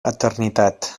eternitat